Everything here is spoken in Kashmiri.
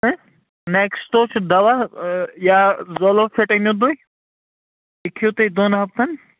ہہ نٮ۪کٕسٹو چھُ دَوا یا زولوفِٹ أنِو تُہۍ یہِ کھیٚیِو تُہۍ دۄن ہفتن